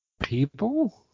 People